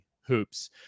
hoops